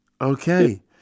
okay